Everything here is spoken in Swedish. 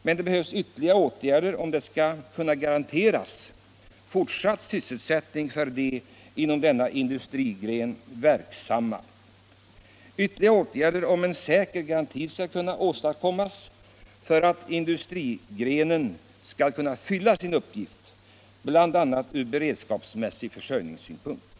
Men det behövs ytterligare åtgärder om fortsatt sysselsättning skall kunna garanteras för de inom denna industrigren verksamma och om en säker garanti skall kunna åstadkommas för att industrigrenen kommer att kunna fylla sin uppgift bl.a. från beredskapsmässig försörjningssynpunkt.